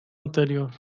anterior